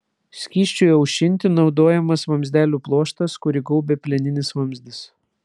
skysčiui aušinti naudojamas vamzdelių pluoštas kurį gaubia plieninis vamzdis